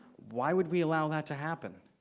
why would we allow that to happen?